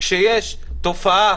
כשיש תופעה